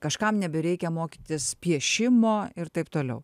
kažkam nebereikia mokytis piešimo ir taip toliau